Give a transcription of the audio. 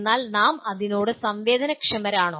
എന്നാൽ നാം അതിനോട് സംവേദനക്ഷമരാണോ